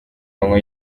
manywa